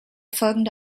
folgende